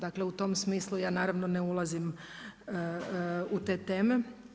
Dakle, u tom smislu ja naravno ne ulazim u te teme.